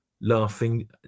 laughing